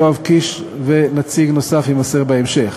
יואב קיש ושם נציג נוסף יימסר בהמשך,